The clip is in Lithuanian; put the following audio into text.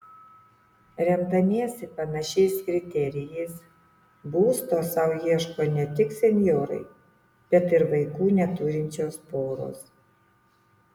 remdamiesi panašiais kriterijais būsto sau ieško ne tik senjorai bet ir vaikų neturinčios poros